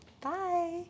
Bye